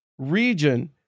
region